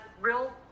real